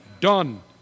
done